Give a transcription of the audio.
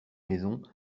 maisons